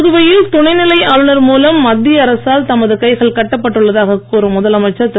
புதுவையில் துணைநிலை ஆளுநர் மூலம் மத்திய அரசால் தமது கைகள் கட்டப்பட்டுள்ளதாக கூறும் முதலமைச்சர் திரு